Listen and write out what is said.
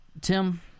Tim